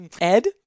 Ed